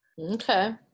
Okay